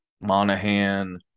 Monahan